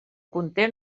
conté